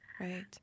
Right